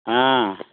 ᱦᱮᱸ